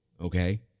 Okay